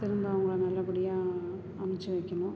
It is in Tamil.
திரும்ப அவங்களை நல்லபடியாக அனுப்பிச்சு வைக்கணும்